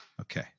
Okay